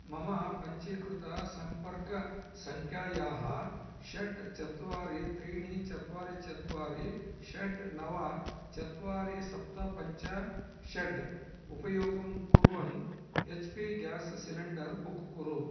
मम पञ्जीकृतसम्पर्कसङ्ख्यायाः षट् चत्वारि त्रीणि चत्वारि चत्वारि षट् नव चत्वारि सप्त पञ्च षट् उपयोगं कुर्वन् H P gas cylinder book कुरु